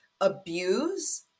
Abuse